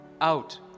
out